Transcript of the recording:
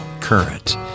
current